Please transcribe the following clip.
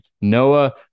Noah